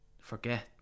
Forget